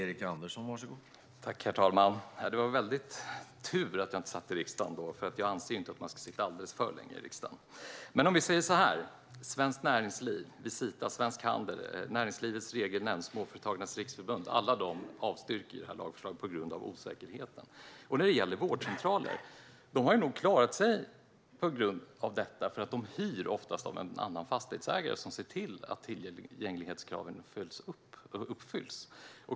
Herr talman! Det var en väldig tur att jag inte satt i riksdagen då, för jag anser inte att man ska sitta alltför länge i riksdagen. Men om vi säger så här: Svenskt Näringsliv, Visita, Svensk Handel, Näringslivets Regelnämnd, Småföretagarnas Riksförbund - alla de avstyrker detta lagförslag på grund av osäkerheten. När det gäller vårdcentraler har de nog klarat sig för att de oftast hyr av en annan fastighetsägare, som ser till att tillgänglighetskraven uppfylls.